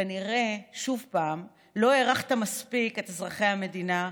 כנראה שוב לא הערכת מספיק את אזרחי המדינה,